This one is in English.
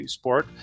sport